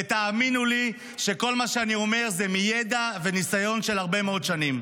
ותאמינו לי שכל מה שאני אומר זה מידע וניסיון של הרבה מאוד שנים.